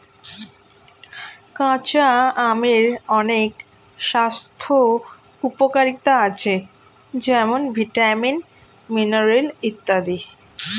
কাঁচা আমের অনেক স্বাস্থ্য উপকারিতা আছে যেমন ভিটামিন, মিনারেল ইত্যাদি